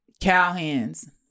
cowhands